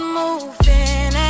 moving